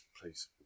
Please